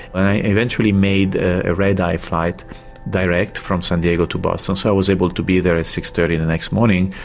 i eventually made a red-eye flight direct from san diego to boston so i was able to be there at six. thirty the next morning.